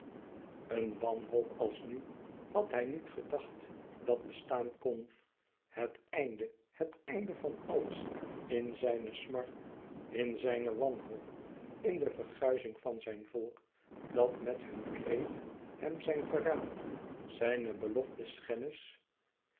een wanhoop als nu had hij niet gedacht dat bestaan kon het einde het einde van alles in zijne smart in zijne wanhoop in de verguizing van zijn volk dat met hun kreet hem zijn verraad zijne